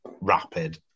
rapid